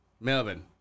Melbourne